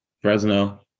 Fresno